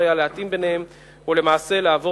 והיה צורך להתאים ביניהם ולמעשה לעבור